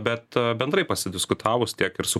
bet bendrai pasidiskutavus tiek ir su